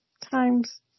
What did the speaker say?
times